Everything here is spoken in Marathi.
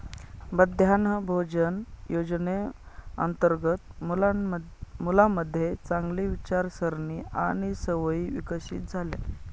मध्यान्ह भोजन योजनेअंतर्गत मुलांमध्ये चांगली विचारसारणी आणि सवयी विकसित झाल्या